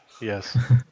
Yes